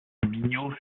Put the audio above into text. mignot